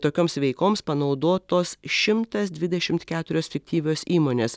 tokioms veikoms panaudotos šimtas dvidešimt keturios fiktyvios įmonės